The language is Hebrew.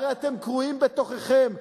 הרי אתם קרועים בתוככם,